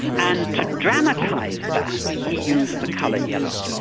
and to dramatise that, he used the colour yellow.